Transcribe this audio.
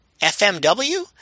FMW